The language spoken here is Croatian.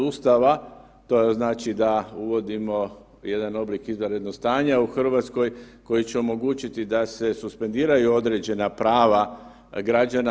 Ustava, to znači da uvodimo jedan oblik izvanrednog stanja u Hrvatskoj koji će omogućiti da se suspendiraju određena prava građana.